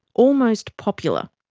almost popular.